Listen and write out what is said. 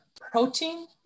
protein